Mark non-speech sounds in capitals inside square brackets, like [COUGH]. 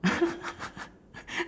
[LAUGHS]